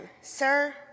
Sir